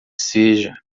seja